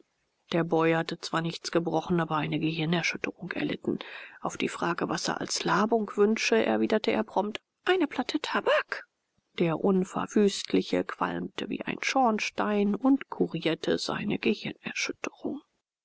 der boy hatte zwar nichts gebrochen aber eine gehirnerschütterung erlitten auf die frage was er als labung wünsche erwiderte er prompt eine platte tabak der unverwüstliche qualmte wie ein schornstein und kurierte seine gehirnerschütterung